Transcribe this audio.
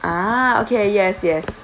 ah okay yes yes